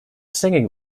singing